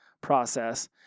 process